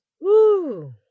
Woo